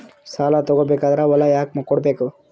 ಸಾಲ ತಗೋ ಬೇಕಾದ್ರೆ ಹೊಲ ಯಾಕ ಕೊಡಬೇಕು?